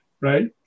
right